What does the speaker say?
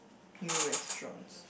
new restaurants